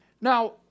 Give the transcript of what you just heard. Now